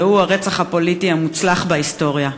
והיא: הרצח הפוליטי המוצלח בהיסטוריה.